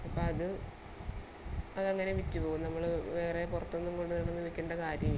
അപ്പമത് അതങ്ങനെ വിറ്റ് പോവും നമ്മൾ വേറെ പുറത്തൊന്നും കൊണ്ട് നടന്ന് വിൽക്കേണ്ട കാര്യമില്ല